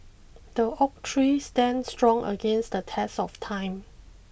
the oak tree stand strong against the test of time